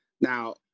now